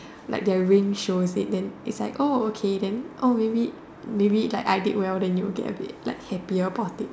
like their ring shows it then is like oh okay then oh maybe maybe like I did well then you will get a bit like happy about it